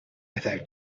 without